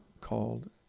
called